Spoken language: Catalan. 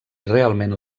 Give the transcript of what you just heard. realment